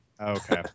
Okay